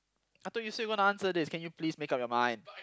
I thought you said you want to answer this can you please make up your mind